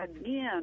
again